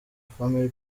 family